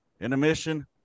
Intermission